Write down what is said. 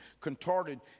contorted